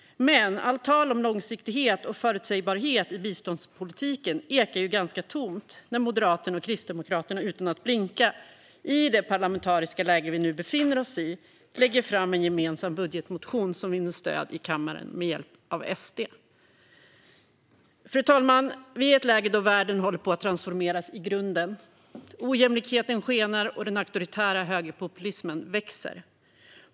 Men allt tal om långsiktighet och förutsägbarhet i biståndspolitiken ekar ganska tomt när Moderaterna och Kristdemokraterna i det parlamentariska läge vi nu befinner oss i utan att blinka lägger fram en gemensam budgetmotion som vinner stöd i kammaren med hjälp av SD. Fru talman! Vi är i ett läge där världen håller på att transformeras i grunden. Ojämlikheten skenar och den auktoritära högerpopulismen växer.